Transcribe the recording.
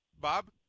Bob